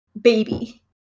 baby